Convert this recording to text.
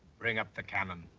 bring up the cannon.